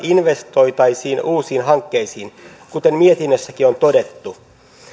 investoitaisiin uusiin hankkeisiin kuten mietinnössäkin on todettu